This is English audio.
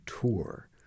tour